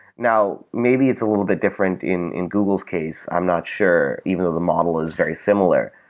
now, maybe it's a little bit different in in google case. i'm not sure, even though the model is very similar,